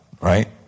right